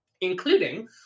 including